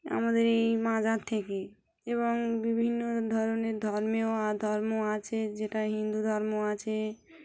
আমাদের এই মাজার থেকে এবং বিভিন্ন ধরনের ধর্মেও ধর্ম আছে যেটা হিন্দু ধর্ম আছে